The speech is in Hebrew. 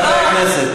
חברי הכנסת.